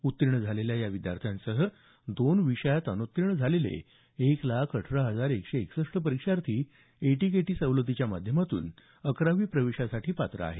उत्तीर्ण झालेल्या विद्यार्थ्यांसह दोन विषयांत अनुत्तीर्ण झालेले एक लाख अठरा हजार एकशे एकसष्ठ परीक्षार्थी ए टी के टी सवलतीच्या माध्यमातून अकरावी प्रवेशासाठी पात्र आहेत